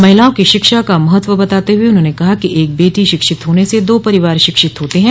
महिलाओं की शिक्षा का महत्व बताते हुए उन्होंने कहा कि एक बेटी शिक्षित होने से दो परिवार शिक्षित होते हैं